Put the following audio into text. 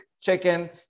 chicken